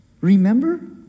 Remember